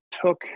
took